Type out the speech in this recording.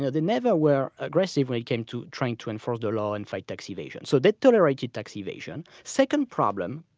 ah they never were aggressive when it came to trying to enforce the law and fight tax evasion. so they tolerated tax evasion. second problem,